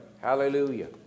Hallelujah